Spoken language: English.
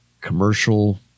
commercial